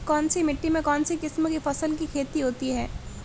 कौनसी मिट्टी में कौनसी किस्म की फसल की खेती होती है?